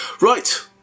Right